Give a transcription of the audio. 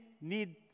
need